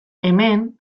hemen